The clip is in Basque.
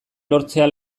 lortzea